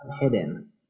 hidden